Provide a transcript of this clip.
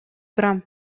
турам